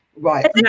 Right